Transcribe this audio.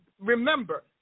Remember